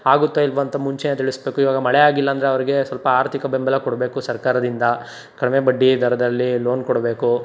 ಆಗುತ್ತಾ ಇಲ್ವ ಅಂತ ಮುಂಚೆನೆ ತಿಳಿಸ್ಬೇಕು ಇವಾಗ ಮಳೆ ಆಗಿಲ್ಲಾಂದರೆ ಅವ್ರಿಗೆ ಸ್ವಲ್ಪ ಆರ್ಥಿಕ ಬೆಂಬಲ ಕೊಡಬೇಕು ಸರ್ಕಾರದಿಂದ ಕಡಿಮೆ ಬಡ್ಡಿ ದರದಲ್ಲಿ ಲೋನ್ ಕೊಡಬೇಕು